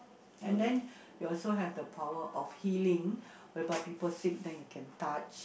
and then you also have the power of healing whereby people sick then you can touch